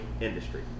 industry